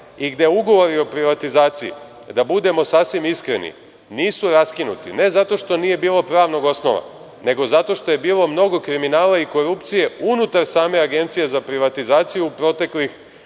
i gde ugovori o privatizaciji, da budemo sasvim iskreni, nisu raskinuti ne zato što nije bilo pravog osnova, nego zato što je bilo mnogo kriminala unutar same Agencije za privatizaciju u proteklih